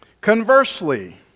Conversely